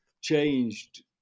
changed